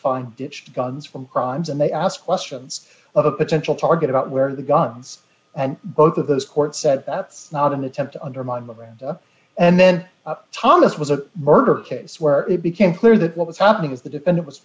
find guns from crimes and they asked questions of a potential target about where the guns and both of those courts said that's not an attempt to undermine miranda and then thomas was a murder case where it became clear that what was happening is the defendant was